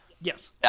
Yes